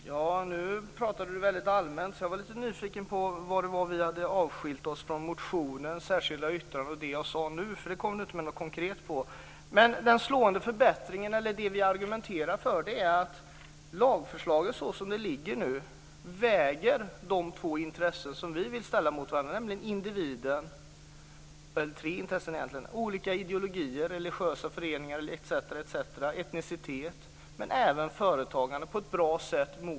Fru talman! Nu pratade Elver Jonsson väldigt allmänt. Jag blev lite nyfiken på vad som skilde motionen och det särskilda yttrandet från det jag sade nu. Det sade han inte något konkret om. Den slående förbättringen, eller det vi argumenterar för, är att lagförslaget såsom det nu ligger på ett bra sätt väger de intressen som vi vill ställa mot varandra - individen, ideologi etnicitet etc. och även företagande.